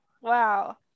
Wow